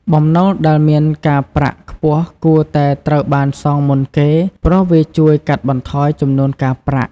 បំណុលដែលមានការប្រាក់ខ្ពស់គួរតែត្រូវបានសងមុនគេ ព្រោះវាជួយកាត់បន្ថយចំនួនការប្រាក់។